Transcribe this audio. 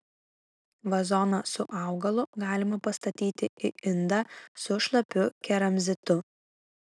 vazoną su augalu galima pastatyti į indą su šlapiu keramzitu